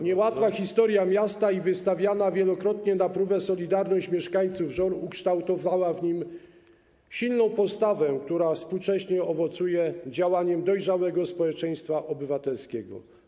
Niełatwa historia miasta i wystawiana wielokrotnie na próbę solidarność mieszkańców Żor ukształtowała w nich silną postawę, która współcześnie owocuje działaniem dojrzałego społeczeństwa obywatelskiego.